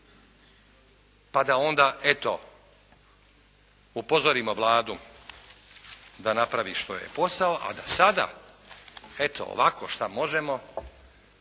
pa da onda eto, upozorimo Vladu da napravi što joj je posao. A da sada, eto, ovako šta možemo